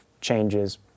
changes